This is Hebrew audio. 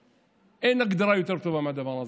אין הגדרה יותר טובה מהדבר הזה,